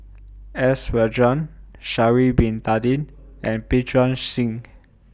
S Sha'Ari Bin Tadin and Pritam Singh